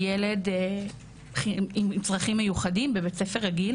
של ילד עם צרכים מיוחדים בבית ספר רגיל